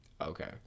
Okay